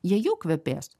jie jau kvepės